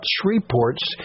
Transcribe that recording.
Shreveport's